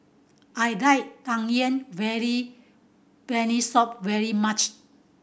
I like Tang Yuen very Peanut Soup very much